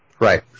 Right